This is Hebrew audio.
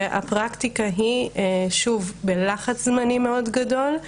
והפרקטיקה היא שוב בלחץ זמנים מאוד גדול,